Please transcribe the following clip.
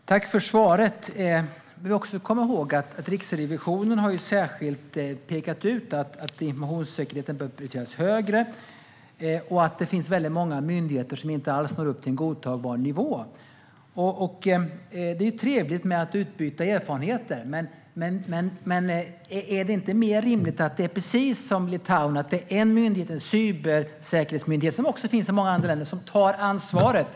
Herr talman! Tack för svaret! Vi ska också komma ihåg att Riksrevisionen särskilt har pekat ut att informationssäkerheten behöver prioriteras högre och att det finns många myndigheter som inte alls når upp till en godtagbar nivå. Det är trevligt att utbyta erfarenheter, men är det inte mer rimligt att ha det precis som i Litauen och i många andra länder? Där är det en enda myndighet, en cybersäkerhetsmyndighet, som tar ansvaret.